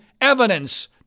evidence